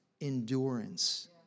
endurance